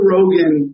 Rogan